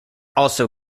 also